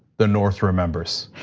the north remembers.